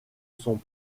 son